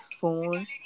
phone